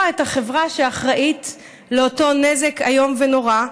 את החברה שאחראית לאותו נזק איום ונורא,